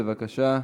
בבקשה.